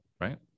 right